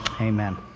amen